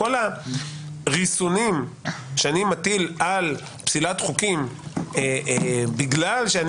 כל הריסונים שאני מטיל על פסילת חוקים בגלל שאני